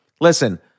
listen